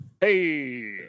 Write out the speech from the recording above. Hey